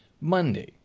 Monday